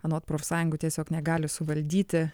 anot profsąjungų tiesiog negali suvaldyti